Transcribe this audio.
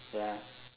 ya